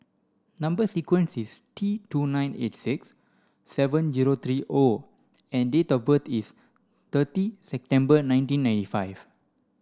number sequence is T two nine eight six seven zero three O and date of birth is thirty September nineteen ninety five